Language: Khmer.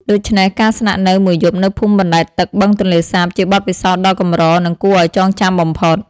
ដូច្នេះ ការស្នាក់នៅមួយយប់នៅភូមិបណ្ដែតទឹកបឹងទន្លេសាបជាបទពិសោធន៍ដ៏កម្រ និងគួរឱ្យចងចាំបំផុត។